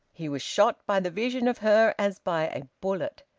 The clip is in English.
he was shot by the vision of her as by a bullet.